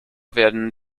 werden